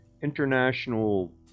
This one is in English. International